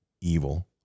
evil